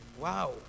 Wow